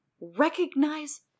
recognize